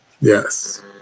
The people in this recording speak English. yes